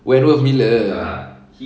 wentworth miller